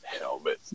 Helmet